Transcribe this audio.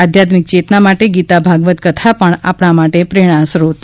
આધ્યાત્મિક ચેતના માટે ગીતા ભાગવત કથા આપણા માટે પ્રેરણાસ્ત્રોત છે